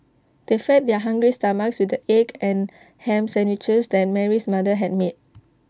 they fed their hungry stomachs with the egg and Ham Sandwiches that Mary's mother had made